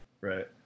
Right